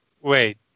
Wait